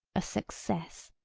a success,